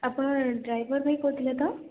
ଆପଣ ଡ୍ରାଇଭର୍ ଭାଇ କହୁଥିଲେ ତ